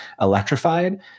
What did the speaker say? electrified